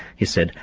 he said,